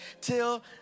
till